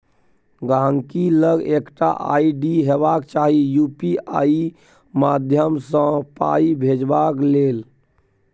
गांहिकी लग एकटा आइ.डी हेबाक चाही यु.पी.आइ माध्यमसँ पाइ भेजबाक लेल